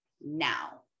now